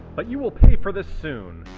but you will pay for this soon.